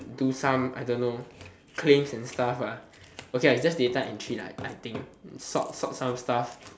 do some I don't know claims and stuff lah okay just data entry lah I think sort sort some stuff